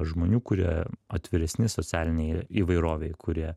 žmonių kurie atviresni socialinei įvairovei kurie